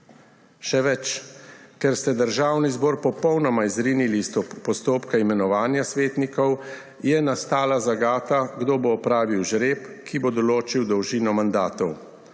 Še več. Ker ste Državni zbor popolnoma izrinili iz postopka imenovanja svetnikov, je nastala zagata, kdo bo opravil žreb, ki bo določil dolžino mandatov.